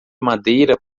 madeira